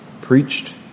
preached